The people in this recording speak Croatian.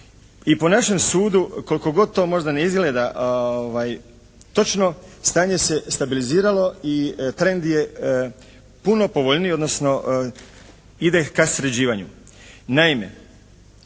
i po našem sudu koliko god to možda ne izgleda točno stanje se stabiliziralo i trend je puno povoljniji odnosno ide ka sređivanju. Naime